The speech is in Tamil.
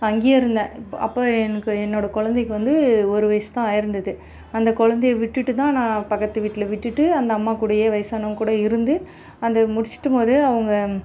அங்கேயே இருந்தேன் ப அப்போ எனக்கு என்னோட குழந்தைக்கு வந்து ஒரு வயசு தான் ஆயிருந்தது அந்த குழந்தைய விட்டுட்டு தான் நான் பக்கத்து வீட்டில் விட்டுவிட்டு அந்த அம்மா கூடயே வயசானவங்க கூட இருந்து அந்த முடிச்சிட்டும் போதே அவங்க